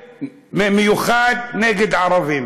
שמיוחד נגד ערבים,